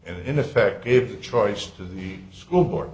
and in effect gave the choice to the school board